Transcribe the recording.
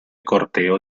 corteo